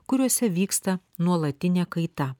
kuriuose vyksta nuolatinė kaita